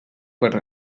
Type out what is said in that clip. per